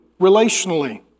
relationally